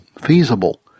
feasible